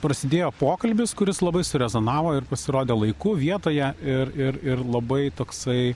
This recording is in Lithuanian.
prasidėjo pokalbis kuris labai surezonavo ir pasirodė laiku vietoje ir ir ir labai toksai